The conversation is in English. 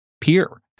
peer